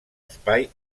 espai